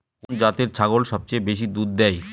কোন জাতের ছাগল সবচেয়ে বেশি দুধ দেয়?